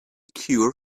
cure